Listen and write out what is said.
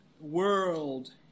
World